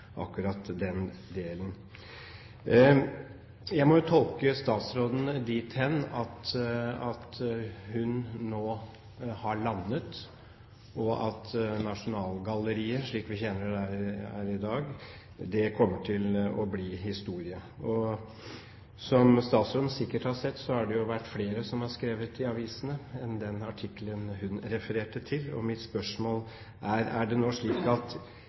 akkurat den delen. Jeg må tolke statsråden dit hen at hun nå har landet, og at Nasjonalgalleriet, slik vi kjenner det i dag, kommer til å bli historie. Som statsråden sikkert har sett, har det vært skrevet flere artikler i avisene enn den hun refererte til. Mitt spørsmål er: Er det slik at